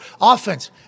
Offense